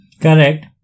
Correct